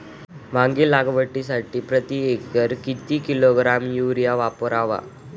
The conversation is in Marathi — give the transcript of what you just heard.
वांगी लागवडीसाठी प्रती एकर किती किलोग्रॅम युरिया वापरावा?